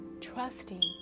Trusting